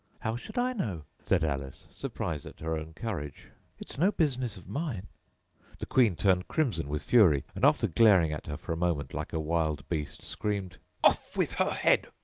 how should i know said alice, surprised at her own courage. it's no business of mine the queen turned crimson with fury, and, after glaring at her for a moment like a wild beast, screamed off with her head!